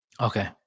Okay